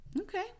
Okay